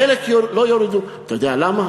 לחלק לא יורידו, אתה יודע למה?